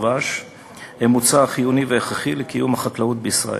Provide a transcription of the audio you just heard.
הדבש הם מוצר חיוני והכרחי לקיום החקלאות בישראל,